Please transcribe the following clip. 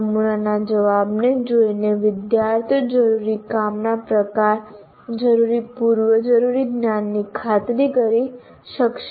નમૂનાના જવાબને જોઈને વિદ્યાર્થીઓ જરૂરી કામના પ્રકાર જરૂરી પૂર્વજરૂરી જ્ઞાનની ખાતરી કરી શકશે